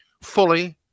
fully